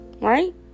Right